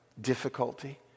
difficulty